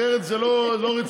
אחרת זה לא רציני.